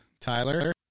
Tyler